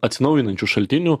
atsinaujinančių šaltinių